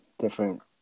different